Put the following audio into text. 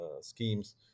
schemes